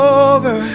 over